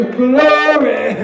glory